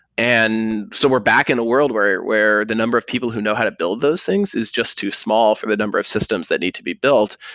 and so we're back in the world where where the number of people who know how to build those things is just too small for the number of systems that need to be built.